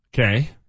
Okay